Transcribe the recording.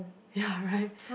ya right